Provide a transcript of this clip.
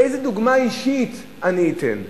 איזו דוגמה אישית אני אתן?